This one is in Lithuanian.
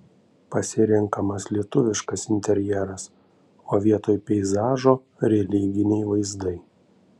pasirenkamas lietuviškas interjeras o vietoj peizažo religiniai vaizdai